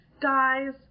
guys